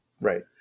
Right